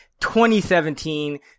2017